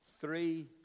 Three